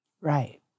Right